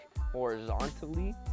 horizontally